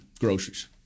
groceries